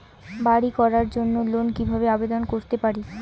বাড়ি করার জন্য লোন কিভাবে আবেদন করতে পারি?